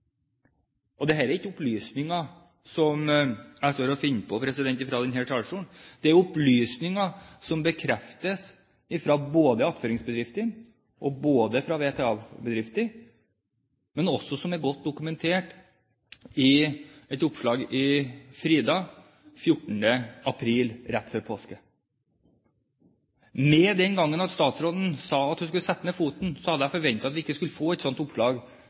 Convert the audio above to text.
er ikke opplysninger som jeg står og finner på fra denne talerstolen. Dette er opplysninger som bekreftes både fra attføringsbedriftene og fra VTA-bedrifter, men de er også godt dokumentert i et oppslag i Frida 14. april, rett før påske. Etter at statsråden sa hun skulle sette ned foten, hadde jeg ikke forventet at vi skulle få et slikt oppslag